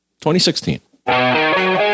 2016